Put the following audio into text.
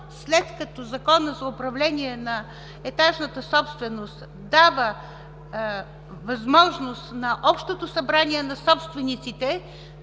след като Законът за управление на етажната собственост дава възможност на общото събрание на собствениците